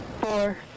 Four